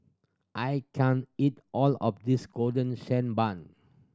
I can't eat all of this Golden Sand Bun